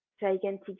gigantic